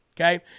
Okay